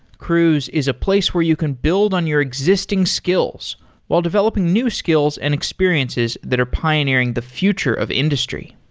cruise is a place where you can build on your existing skills while developing new skills and experiences that are pioneering the future of industry.